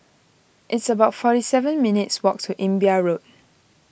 it's about forty seven minutes' walk to Imbiah Road